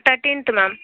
thirteenth ma'am